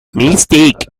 mystic